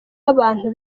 abantu